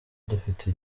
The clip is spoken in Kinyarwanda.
dufite